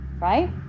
right